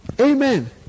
amen